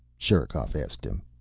sherikov asked him.